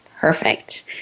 Perfect